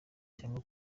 cyangwa